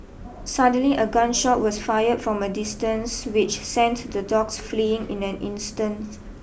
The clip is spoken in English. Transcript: suddenly a gun shot was fired from a distance which sent the dogs fleeing in an instant